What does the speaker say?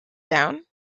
down